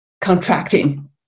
contracting